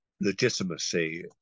legitimacy